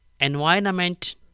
environment